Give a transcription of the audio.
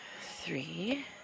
three